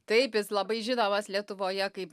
taip jis labai žinomas lietuvoje kaip